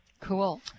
cool